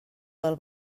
del